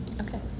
Okay